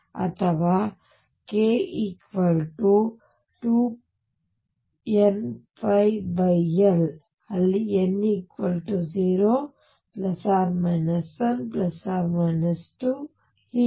ಅಥವಾ k2nπL ಅಲ್ಲಿ n 0 ± 1 ± 2 ಹೀಗೆ